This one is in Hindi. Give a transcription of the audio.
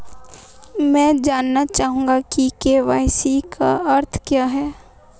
मैं जानना चाहूंगा कि के.वाई.सी का अर्थ क्या है?